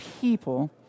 people